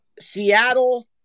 Seattle